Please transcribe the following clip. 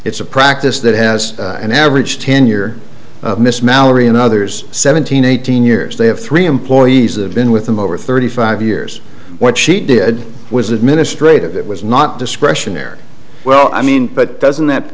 it's a practice that has an average tenure of miss mallory and others seventeen eighteen years they have three employees of been with them over thirty five years what she did was administrative it was not discretionary well i mean but doesn't that